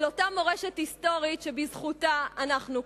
אל אותה מורשת היסטורית שבזכותה אנחנו כאן.